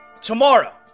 tomorrow